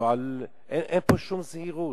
אין פה שום זהירות.